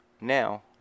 now